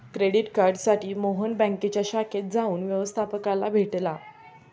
credit कार्डसाठी मोहन बँकेच्या शाखेत जाऊन व्यवस्थपकाला भेटला